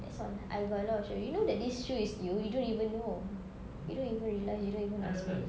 that's all I got a lot of shoes you know that this shoe is new you don't even know you don't even realise you don't even ask me